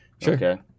Sure